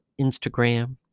Instagram